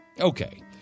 Okay